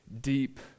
deep